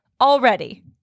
already